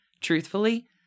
truthfully